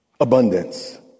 abundance